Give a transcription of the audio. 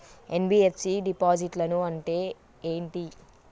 NBFC డిపాజిట్లను అంటే ఏంటి?